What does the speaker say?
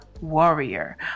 warrior